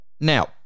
Now